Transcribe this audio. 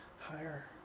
higher